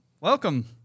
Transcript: Welcome